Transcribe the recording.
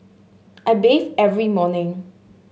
I bathe every morning